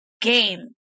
game